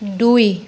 দুই